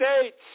States